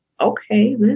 Okay